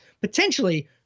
potentially